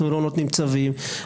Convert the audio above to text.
אנחנו לא נותנים צווים,